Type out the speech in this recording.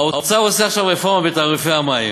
האוצר עושה עכשיו רפורמה בתעריפי המים.